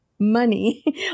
money